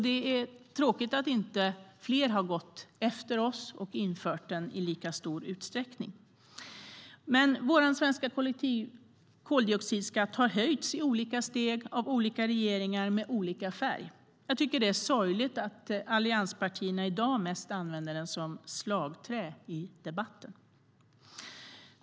Det är tråkigt att inte fler länder har gått efter oss och infört den i lika stor utsträckning. Vår svenska koldioxidskatt har höjts i olika steg av olika regeringar med olika färg. Jag tycker att det är sorgligt att allianspartierna i dag mest använder den som slagträ i debatten.